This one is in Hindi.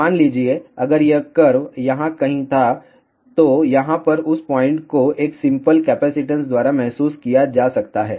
मान लीजिए अगर यह कर्व यहाँ कहीं था तो यहाँ पर उस पॉइंट को एक सिंपल कैपेसिटेंस द्वारा महसूस किया जा सकता है